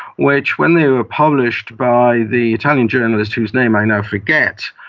which when they were published by the italian journalist, whose name i now forget,